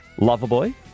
Loverboy